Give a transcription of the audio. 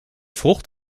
frucht